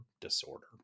disorder